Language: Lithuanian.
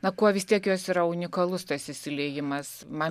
na kuo vis tiek jos yra unikalus tas išsiliejimas man